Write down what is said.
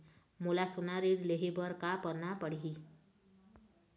मोला सोना ऋण लहे बर का करना पड़ही?